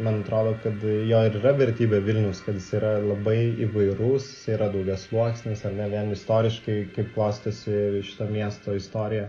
man atrodo kad jo ir yra vertybė vilnius kad jis yra labai įvairus yra daugiasluoksnis ar ne vien istoriškai kaip klostosi šito miesto istorija